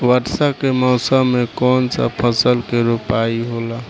वर्षा के मौसम में कौन सा फसल के रोपाई होला?